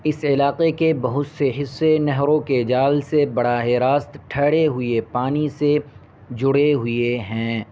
اس علاقے کے بہت سے حصے نہروں کے جال سے براہ راست ٹھہرے ہوئے پانی سے جڑے ہوئے ہیں